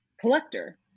collector